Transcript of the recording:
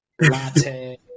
Latte